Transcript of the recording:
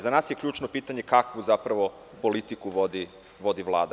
Za nas je ključno pitanje – kakvu zapravo politiku vodi Vlada?